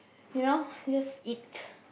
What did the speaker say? you know just eat